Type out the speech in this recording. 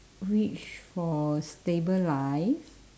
wish for stable life